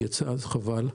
חבל.